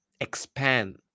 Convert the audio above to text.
expand